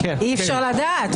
אי-אפשר לדעת.